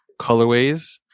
colorways